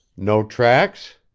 no tracks?